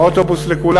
האוטובוס הוא לכולם.